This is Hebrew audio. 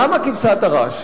למה כבשת הרש?